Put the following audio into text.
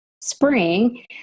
spring